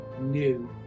new